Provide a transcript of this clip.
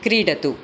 क्रीडतु